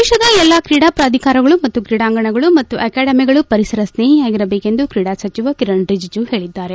ದೇಶದ ಎಲ್ಲಾ ಕ್ರೀಡಾ ಪ್ರಾಧಿಕಾರಗಳು ಮತ್ತು ಕ್ರೀಡಾಂಗಣಗಳು ಮತ್ತು ಆಕಾಡೆಮಿಗಳು ಪರಿಸರ ಸ್ನೇಹಿಯಾಗಿರಬೇಕು ಎಂದು ಕ್ರೀಡಾಸಚಿವ ಕಿರಣ್ ರಿಜಿಜು ಪೇಳಿದ್ದಾರೆ